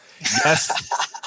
Yes